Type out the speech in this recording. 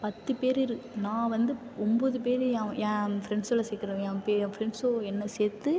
பத்து பேர் இரு நான் வந்து ஒம்பது பேர் என் என் ஃப்ரெண்ட்ஸில் சேர்க்குறேன் என் பே என் ஃப்ரெண்ட்ஸோ என்ன சேர்த்து